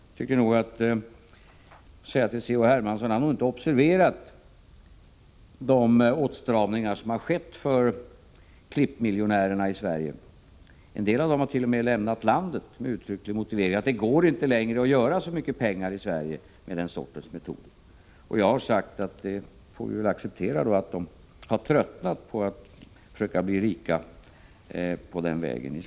C.-H. Hermansson har nog inte observerat de åtstramningar som har skett för klipp-miljonärerna i Sverige. En del av dem har t.o.m. lämnat landet med uttrycklig motivering att det inte längre går att göra så mycket pengar i Sverige med klipp-metoder. Jag har sagt att vi får acceptera att de har tröttnat på att den vägen försöka bli rika i Sverige. C.-H.